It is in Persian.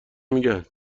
میگن